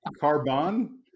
carbon